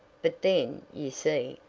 but then, you see,